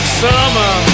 summer